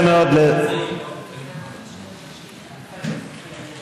וגם סעיד,